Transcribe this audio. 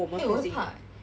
eh 我会怕 leh